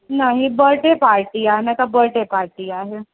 न हीअ birthday party आहे न त बर्थडे पार्टी आहे न